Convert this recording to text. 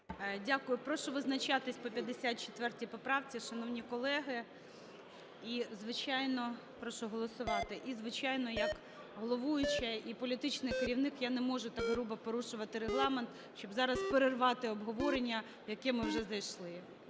Дякую. Прошу визначатися по 54 поправці, шановні колеги. І, звичайно, прошу голосувати. І, звичайно, як головуюча і політичний керівник, я не можу так грубо порушувати Регламент, щоб зараз перервати обговорення, в яке ми вже зайшли.